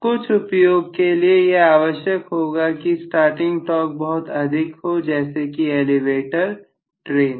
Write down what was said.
कुछ उपयोग के लिए यह आवश्यक होता है कि स्टार्टिंग टॉर्क बहुत अधिक हो जैसे कि एलिवेटर ट्रेन